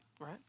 right